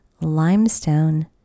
limestone